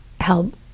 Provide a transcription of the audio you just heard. help